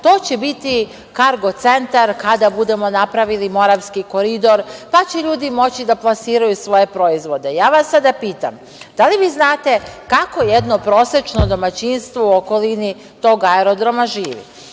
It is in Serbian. to će biti kargo centar kada budemo napravili moravski koridor, pa će ljudi moći da plasiraju svoje proizvode. Ja vas sada pitam – da li vi znate kako jedno prosečno domaćinstvo u okolini tog aerodroma živi?